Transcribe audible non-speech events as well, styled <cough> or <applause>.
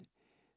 <breath>